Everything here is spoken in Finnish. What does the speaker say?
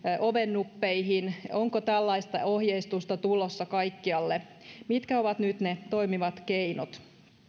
ovennuppeihin onko tällaista ohjeistusta tulossa kaikkialle mitkä ovat nyt ne toimivat keinot